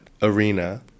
arena